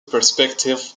perspective